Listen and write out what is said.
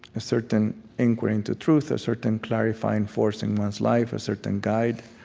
a certain inquiry into truth, a certain clarifying force in one's life, a certain guide.